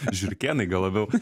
žiurkėnai gal labiau